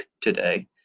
today